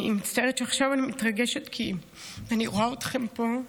אני מצטערת שעכשיו אני מתרגשת כי אני רואה אתכם פה.